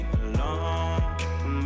alone